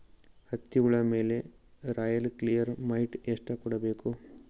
ಹತ್ತಿ ಹುಳ ಮೇಲೆ ರಾಯಲ್ ಕ್ಲಿಯರ್ ಮೈಟ್ ಎಷ್ಟ ಹೊಡಿಬೇಕು?